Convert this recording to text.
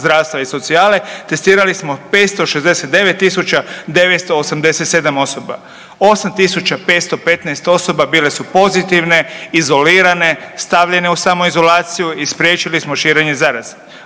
zdravstva i socijale testirali smo 569.987 osoba. 8.515 osoba bile su pozitivne, izolirane, stavljene u samoizolaciju i spriječili smo širenje zaraze.